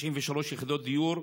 93 יחידות דיור,